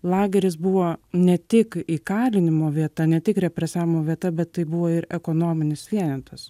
lageris buvo ne tik įkalinimo vieta ne tik represavimo vieta bet tai buvo ir ekonominis vienetas